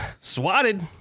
Swatted